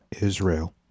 Israel